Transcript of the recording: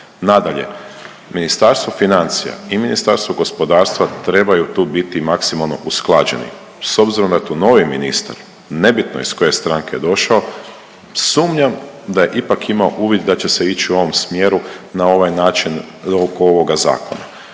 Nadalje Ministarstvo financija i Ministarstvo gospodarstva trebaju tu biti maksimalno usklađeni. S obzirom da je tu novi ministar, nebitno iz koje stranke je došao, sumnjam da je ipak imao uvid da će se ići u ovom smjeru na ovaj način oko ovoga zakona.